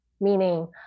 meaning